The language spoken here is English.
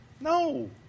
No